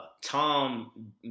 Tom